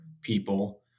people